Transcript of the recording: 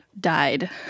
died